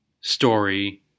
story